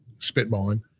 spitballing